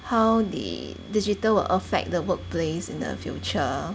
how the digital will affect the workplace in the future